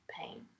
pain